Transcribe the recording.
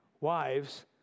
wives